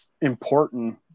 important